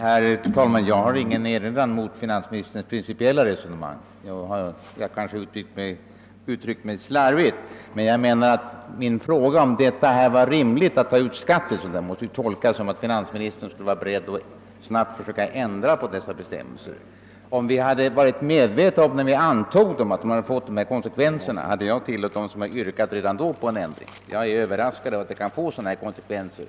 Herr talman! Jag har ingen erinran mot finansministerns principiella resonemang. Jag kanske uttryckte mig slarvigt, men min fråga om det var rimligt att ta ut skatt i ett sådant fall måste tolkas som att jag ifrågasatte om inte finansministern skulle vara beredd att snarast försöka ändra på gällande bestämmelser. Om vi, när vi antog be stämmelserna, hade varit medvetna om att de skulle få sådana konsekvenser, hade jag tillhört dem som redan då hade yrkat på ändring. Jag är överraskad av att de kunnat få dylika verkningar.